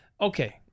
okay